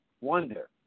Wonder